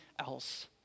else